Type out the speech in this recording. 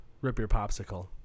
rip-your-popsicle